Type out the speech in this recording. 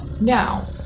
Now